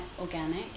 organic